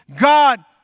God